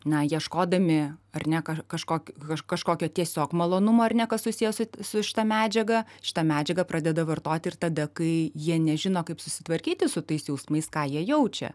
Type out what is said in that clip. na ieškodami ar ne kažkokio kažkokio tiesiog malonumo ar ne kas susiję su su šita medžiaga šitą medžiaga pradeda vartoti ir tada kai jie nežino kaip susitvarkyti su tais jausmais ką jie jaučia